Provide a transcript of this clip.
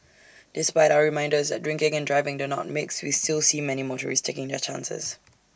despite our reminders that drinking and driving do not mix we still see many motorists taking their chances